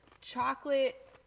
chocolate